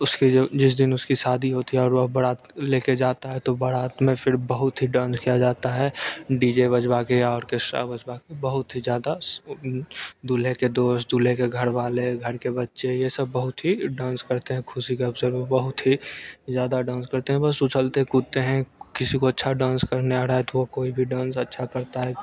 उसके जो जिस दिन उसकी शादी होती और वह बारात लेके जाता है तो बारात में फिर बहुत ही डांस किया जाता है डी जे बजवा कर और ऑरकेस्टा बजवा कर बहुत ही ज़्यादा स दूल्हे के दोस्त दूल्हे के घरवाले घर के बच्चे ये सब बहुत ही डांस करते हैं खुशी का अवसर पर बहुत ही ज़्यादा डांस करते हैं बस उछलते कूदते हैं किसी को अच्छा डांस करना आ रहा तो वो कोई भी डांस अच्छा करता है